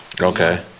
Okay